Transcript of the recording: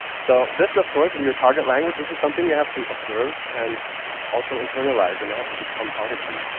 so this, of course, in your target language, this is something you have to observe and also internalize, and it has to become part of you.